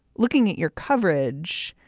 looking at your coverage,